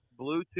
bluetooth